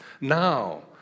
Now